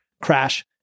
crash